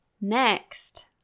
Next